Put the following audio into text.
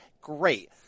great